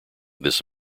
this